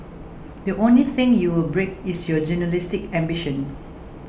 the only thing you will break is your journalistic ambition